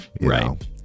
right